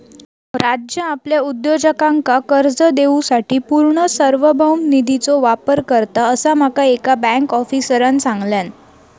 राज्य आपल्या उद्योजकांका कर्ज देवूसाठी पूर्ण सार्वभौम निधीचो वापर करता, असा माका एका बँक आफीसरांन सांगल्यान